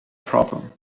problem